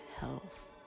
health